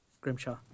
Grimshaw